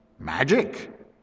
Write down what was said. Magic